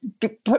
put